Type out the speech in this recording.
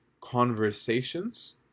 conversations